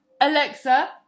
Alexa